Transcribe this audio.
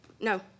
No